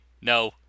no